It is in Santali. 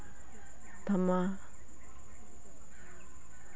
ᱛᱷᱟᱢᱟ